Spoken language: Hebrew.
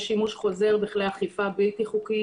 יש שימוש חוזר בכלי אכיפה בלתי חוקיים